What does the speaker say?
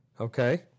Okay